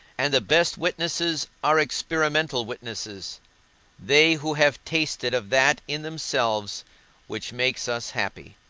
and the best witnesses are experimental witnesses they who have tasted of that in themselves which makes us happy.